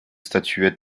statuette